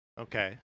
Okay